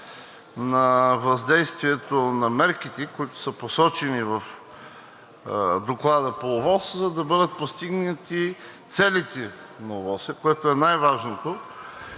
на въздействието на мерките, които са посочени в доклада по ОВОС, за да бъдат постигнати целите на ОВОС, което е най-важното.